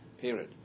Period